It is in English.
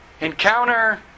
encounter